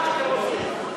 מה שאתם עושים,